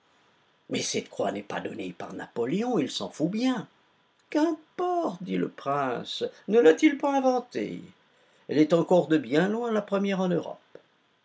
mais cette croix n'est pas donnée par napoléon il s'en faut bien qu'importe dit le prince ne l'a-t-il pas inventée elle est encore de bien loin la première en europe